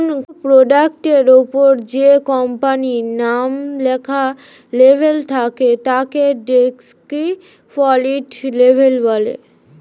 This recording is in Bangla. কোনো প্রোডাক্টের ওপরে যে কোম্পানির নাম লেখা লেবেল থাকে তাকে ডেসক্রিপটিভ লেবেল বলে